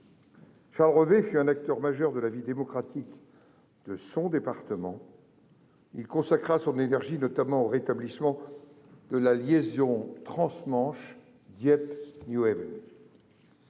Charles Revet fut un acteur majeur de la vie démocratique de son département. Il consacra son énergie, notamment, au rétablissement de la liaison transmanche Dieppe-Newhaven.